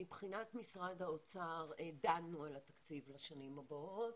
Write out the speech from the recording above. מבחינת משרד האוצר דנו על התקציב לשנים הבאות.